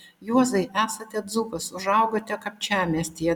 juozai esate dzūkas užaugote kapčiamiestyje